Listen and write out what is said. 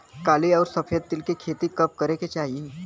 काली अउर सफेद तिल के खेती कब करे के चाही?